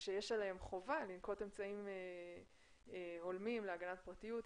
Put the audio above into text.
שיש עליהם חובה לנקוט אמצעים הולמים להגנת הפרטיות,